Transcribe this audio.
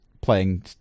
playing